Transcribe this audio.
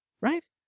right